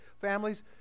Families